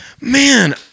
man